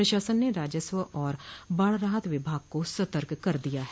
प्रशासन ने राजस्व और बाढ़ राहत विभाग को सतर्क कर दिया है